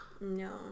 No